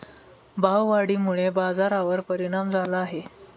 भाववाढीमुळे बाजारावर परिणाम झाला आहे